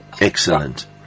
Excellent